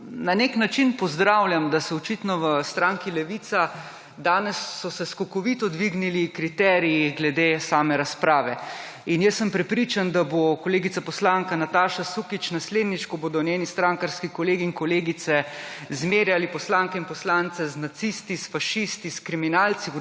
na nek način pozdravljam, da se očitno v stranki Levica danes so se skokovito dvignili kriteriji glede same razprave. In jaz sem prepričan, da bo kolegica poslanka Nataša Sukič naslednjič ko bodo njeni strankarski kolegi in kolegice zmerjali poslanke in poslance z nacisti, s fašisti, s kriminalci